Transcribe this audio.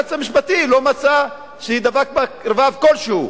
כשהיועץ המשפטי לא מצא שדבק בה רבב כלשהו.